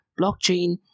blockchain